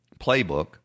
playbook